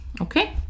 okay